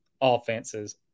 offenses